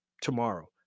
tomorrow